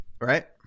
right